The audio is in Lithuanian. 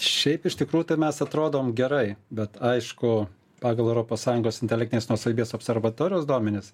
šiaip iš tikrųjų tai mes atrodom gerai bet aišku pagal europos sąjungos intelektinės nuosavybės observatorijos duomenis